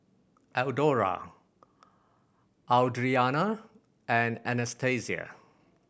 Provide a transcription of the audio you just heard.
Eldora Audriana and Anastasia